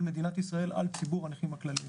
מדינת ישראל על ציבור הנכים הכלליים.